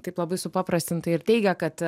taip labai supaprastintai ir teigia kad